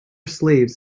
slaves